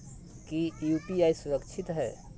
की यू.पी.आई सुरक्षित है?